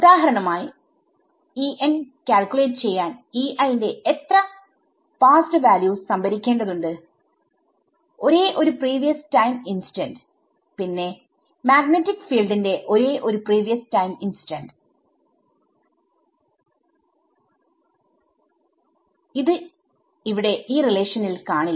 ഉദാഹരണമായി കാൽക്യൂലേറ്റ് ചെയ്യാൻ ന്റെ എത്ര പാസ്സ്ഡ് വാല്യൂസ്സംഭരിക്കേണ്ടതുണ്ട് ഒരേ ഒരു പ്രീവിയസ് ടൈം ഇൻസ്റ്റന്റ് പിന്നെ മാഗ്നെറ്റിക് ഫീൽഡിന്റെ ഒരേ ഒരു പ്രീവിയസ് ടൈം ഇൻസ്റ്റന്റ് ഇവിടെ ഈ റിലേഷനിൽ കാണില്ല